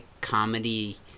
comedy